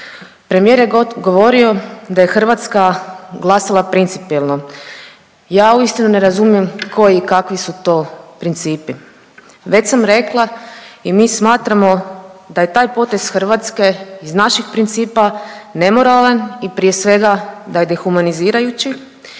Premijer je govorio da je Hrvatska glasala principijelno, ja uistinu ne razumijem koji i kakvi su to principi. Već sam rekla i mi smatramo da je taj potez Hrvatske iz naših principa nemoralan i prije svega da je dehumanizirajući